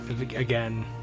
Again